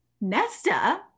Nesta